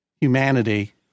humanity